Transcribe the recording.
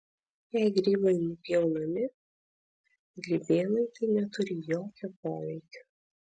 jei grybai nupjaunami grybienai tai neturi jokio poveikio